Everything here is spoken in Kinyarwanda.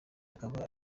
akaba